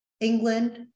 England